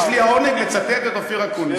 יש לי העונג לצטט את אופיר אקוניס.